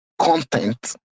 content